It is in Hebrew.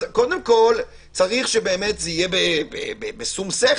קודם כל, צריך שבאמת זה יהיה בשום שכל.